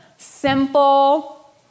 Simple